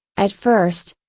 at first,